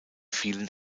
vielen